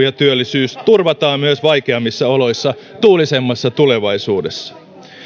ja työllisyys turvataan myös vaikeammissa oloissa tuulisemmassa tulevaisuudessa